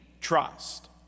trust